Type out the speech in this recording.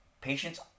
Patients